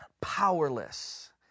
powerless